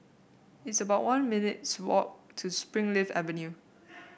it's about one minutes' walk to Springleaf Avenue